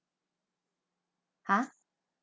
ah